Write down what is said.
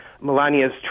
melania's